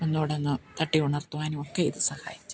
ന്നുകൂടെയൊന്ന് തട്ടി ഉണർത്തുവാനും ഒക്കെ ഇത് സഹായിച്ചു